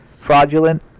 Fraudulent